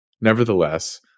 Nevertheless